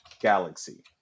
galaxy